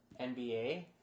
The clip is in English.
NBA